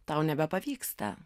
tau nebepavyksta